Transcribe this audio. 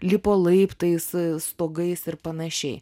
lipo laiptais stogais ir panašiai